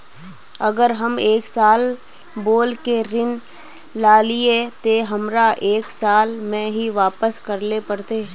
अगर हम एक साल बोल के ऋण लालिये ते हमरा एक साल में ही वापस करले पड़ते?